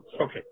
Okay